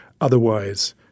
Otherwise